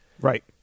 Right